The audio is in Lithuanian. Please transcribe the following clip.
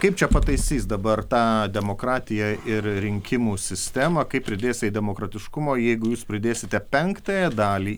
kaip čia pataisys dabar tą demokratiją ir rinkimų sistemą kaip pridės jai demokratiškumo jeigu jūs pridėsite penktąją dalį